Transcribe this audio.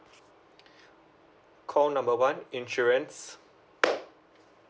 call number one insurance